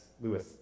Lewis